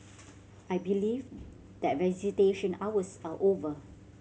I believe that visitation hours are over